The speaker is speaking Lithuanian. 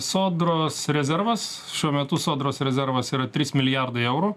sodros rezervas šiuo metu sodros rezervas yra trys milijardai eurų